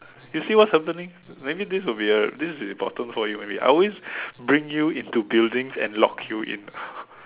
you see what's happening maybe this will be a this will be bottom for you maybe I always bring you into buildings and lock you in